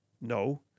No